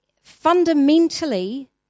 fundamentally